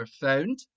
found